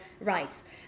rights